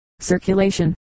circulation